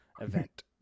event